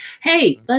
Hey